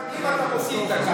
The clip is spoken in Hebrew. אתה מוסיף דקה,